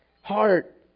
heart